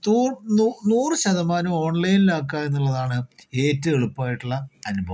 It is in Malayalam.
തു നൂറു നൂ നൂറുശതമാനവും ഓൺലൈനിൽ ആക്കാൻ എന്നുള്ളതാണ് ഏറ്റവും എളുപ്പമായിട്ടുള്ള അനുഭവം